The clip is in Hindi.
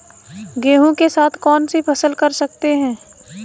गेहूँ के साथ कौनसी फसल कर सकते हैं?